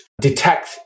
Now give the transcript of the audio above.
detect